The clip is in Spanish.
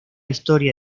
historia